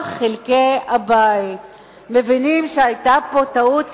כל חלקי הבית מבינים שהיתה פה טעות,